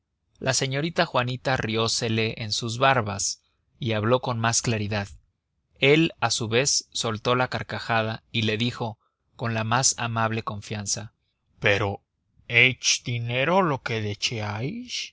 la señorita juanita riósele en sus barbas y habló con más claridad el a su vez soltó la carcajada y le dijo con la más amable confianza pero es dinero lo que